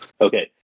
Okay